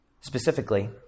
Specifically